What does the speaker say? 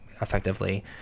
effectively